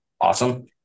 awesome